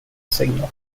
signal